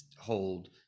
hold